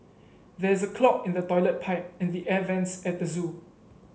there is a clog in the toilet pipe and the air vents at the zoo